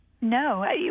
No